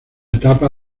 etapa